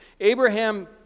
Abraham